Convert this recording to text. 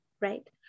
right